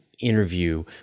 interview